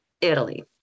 Italy